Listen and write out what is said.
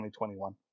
2021